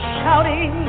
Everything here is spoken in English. Shouting